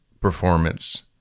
performance